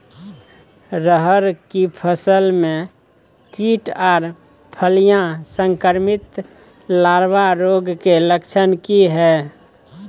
रहर की फसल मे कीट आर फलियां संक्रमित लार्वा रोग के लक्षण की हय?